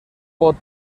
pot